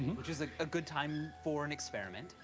which is a ah good time for an experiment.